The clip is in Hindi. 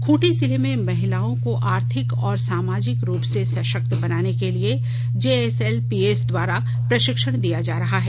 खूंटी जिले में महिलाओं को आर्थिक और सामाजिक रूप से सशक्त बनाने के लिए जेएसएलपीएस द्वारा प्रशिक्षण दिया जा रहा है